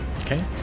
Okay